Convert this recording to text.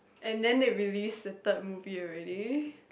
and then they release the third movie already